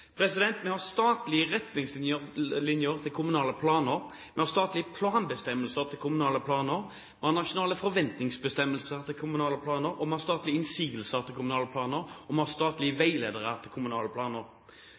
Vi har statlige retningslinjer til kommunale planer, vi har statlige planbestemmelser til kommunale planer, vi har nasjonale forventningsbestemmelser til kommunale planer, vi har statlige innsigelser til kommunale planer, og vi har statlige veiledere til kommunale planer!